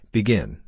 Begin